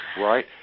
Right